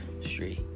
Street